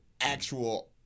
actual